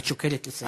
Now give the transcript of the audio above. את שוקלת לסיים?